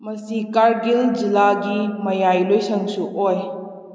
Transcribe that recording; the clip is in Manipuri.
ꯃꯁꯤ ꯀꯥꯔꯒꯤꯜ ꯖꯤꯂꯥꯒꯤ ꯃꯌꯥꯏ ꯂꯣꯏꯁꯪꯁꯨ ꯑꯣꯏ